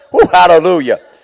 hallelujah